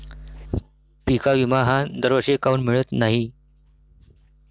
पिका विमा हा दरवर्षी काऊन मिळत न्हाई?